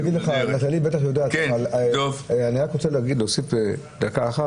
נטלי בטח יודעת אבל אני רק רוצה להוסיף שזה שהילדים